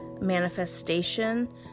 manifestation